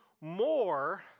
more